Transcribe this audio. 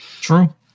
true